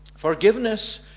Forgiveness